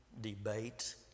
debate